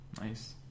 Nice